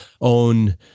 own